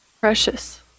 precious